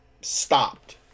stopped